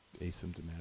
asymptomatic